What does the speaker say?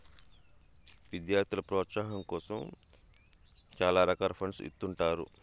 విద్యార్థుల ప్రోత్సాహాం కోసం చాలా రకాల ఫండ్స్ ఇత్తుంటారు